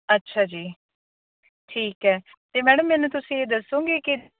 ਅੱਛਾ ਜੀ ਠੀਕ ਹੈ ਅਤੇ ਮੈਡਮ ਮੈਨੂੰ ਤੁਸੀਂ ਇਹ ਦੱਸੋਂਗੇ ਕਿ